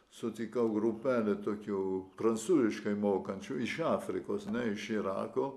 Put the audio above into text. sutikau grupelę tokių prancūziškai mokančių iš afrikos ne iš irako